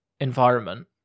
environment